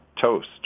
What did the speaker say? toast